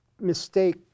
mistake